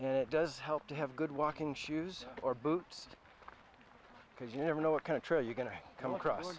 and it does help to have good walking shoes or boots because you never know what kind of trail you're going to come across